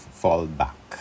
fallback